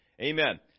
Amen